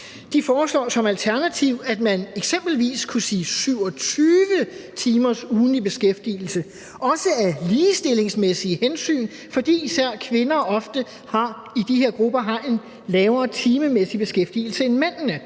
De foreslår som alternativ, at man eksempelvis kunne sige 27 timers ugentlig beskæftigelse, også af ligestillingsmæssige hensyn, fordi især kvinder i de her grupper ofte har et lavere timetal beskæftigelsesmæssigt end mændene.